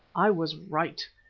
i was right.